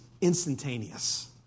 instantaneous